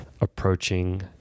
approaching